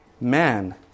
man